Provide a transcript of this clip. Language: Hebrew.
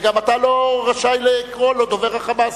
וגם אתה לא רשאי לקרוא לו דובר ה"חמאס",